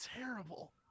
Terrible